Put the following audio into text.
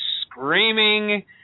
screaming